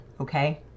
okay